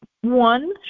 one